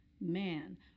man